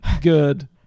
good